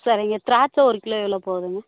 சரிங்க திராட்சை ஒரு கிலோ எவ்வளோ போகுதுங்க